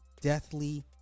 deathly